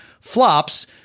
flops